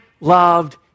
loved